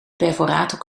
perforator